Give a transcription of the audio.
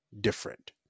different